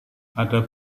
ada